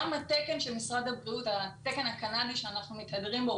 גם התקן של משרד הבריאות התקן הקנדי שאנחנו מתהדרים בו,